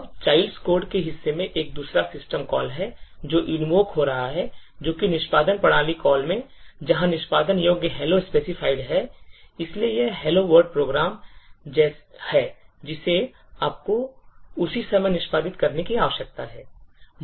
अब childs code के हिस्से में एक दूसरा सिस्टम कॉल है जो invoke हो रहा है जो कि निष्पादन प्रणाली कॉल है जहां निष्पादन योग्य hello specified है इसलिए यह hello word program है जिसे आपको उसी समय निष्पादित करने की आवश्यकता है